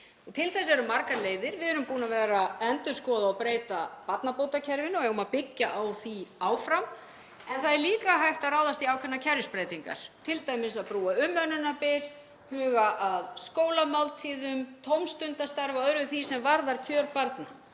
til þess eru margar leiðir. Við erum búin að vera að endurskoða og breyta barnabótakerfinu og eigum að byggja á því áfram. Það er líka hægt að ráðast í ákveðnar kerfisbreytingar, t.d. að brúa umönnunarbil, huga að skólamáltíðum, tómstundastarfi og öðru því sem varðar kjör barna.